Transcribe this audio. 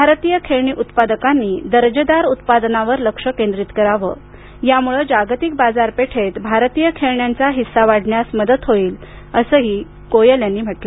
भारतीय खेळणी उत्पादकांनी दर्जेदार उत्पादनांवर लक्ष केंद्रित करावं यामुळं जागतिक बाजारपेठेत भारतीय खेळण्यांचा हिस्सा वाढण्यास मदत होईल असं आवाहन गोयल यांनी केलं